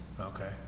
Okay